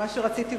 למה שרציתי לומר.